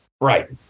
Right